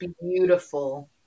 beautiful